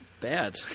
bad